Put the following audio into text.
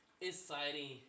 exciting